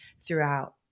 throughout